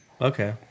Okay